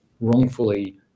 wrongfully